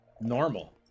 normal